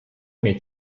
mnie